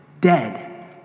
dead